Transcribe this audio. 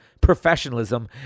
professionalism